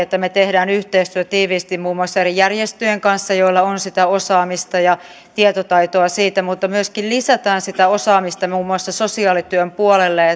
että me teemme yhteistyötä tiiviisti muun muassa eri järjestöjen kanssa joilla on sitä osaamista ja tietotaitoa siitä mutta myöskin lisätään sitä osaamista muun muassa sosiaalityön puolelle